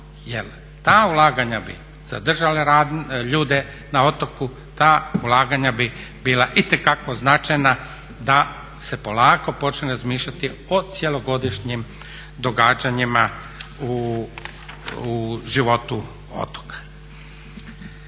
ta ulaganja bi zadržala ljude na otoku, ta ulaganja bi bila itekako značajna da se polako počne razmišljati o cjelogodišnjim događanjima u životu otoka.